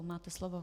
Máte slovo.